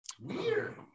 Weird